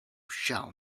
shall